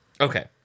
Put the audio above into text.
Okay